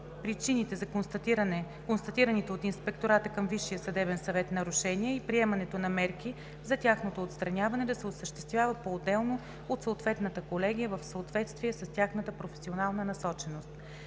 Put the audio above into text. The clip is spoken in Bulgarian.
причините за констатираните от Инспектората към Висшия съдебен съвет нарушения и приемането на мерки за тяхното отстраняване да се осъществява поотделно от съответната колегия в съответствие с тяхната професионална насоченост.